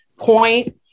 Point